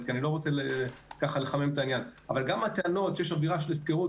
כי אני לא רוצה לחמם את העניין שיש אווירה של הפקרות,